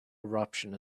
eruption